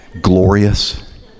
glorious